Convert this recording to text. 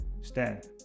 stand